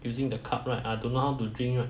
using the cup right I don't know how to drink right